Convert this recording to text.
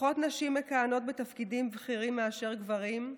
פחות נשים מכהנות בתפקידים בכירים מאשר גברים,